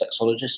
sexologist